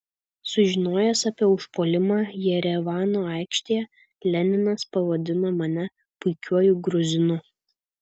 sužinojęs apie užpuolimą jerevano aikštėje leninas pavadino mane puikiuoju gruzinu